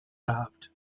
gehabt